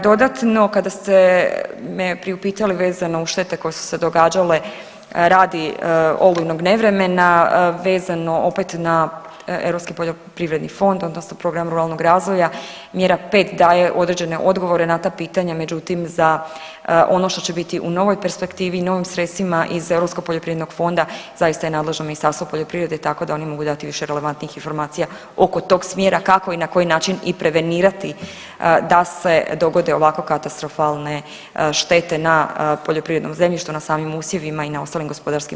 Dodatno kada ste me priupitali vezano uz štete koje su se događale radi olujnog nevremena, vezano opet na europski poljoprivredni fond odnosno program ruralnog razvoja, mjera 5 daje određene odgovore na ta pitanja, međutim za ono što će biti u novoj perspektivi i novim sredstvima iz europskog poljoprivrednog fonda zaista je nadležno Ministarstvo poljoprivrede i tako da oni mogu dati više relevantnih informacija oko tog smjera kako i na koji način i prevenirati da se dogode ovako katastrofalne štete na poljoprivrednom zemljištu, na samim usjevima i na ostalim gospodarskim